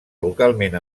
localment